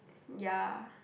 ya